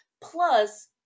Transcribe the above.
Plus